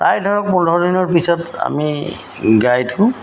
প্ৰায় ধৰক পোন্ধৰ দিনৰ পিছত আমি গাইটো